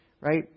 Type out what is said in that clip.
right